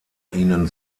ihnen